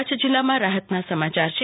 કચ્છ જીલ્લા માટે રાહતના સમાચાર છે